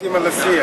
משתלטים על השיח.